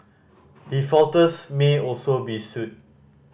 defaulters may also be sued